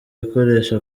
bikoresho